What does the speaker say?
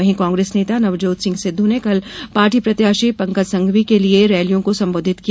वहीं कांग्रेस नेता नवजोत सिंह सिद्धू ने कल पार्टी प्रत्याशी पंकज संघवी के लिए रैलियों को संबोधित किया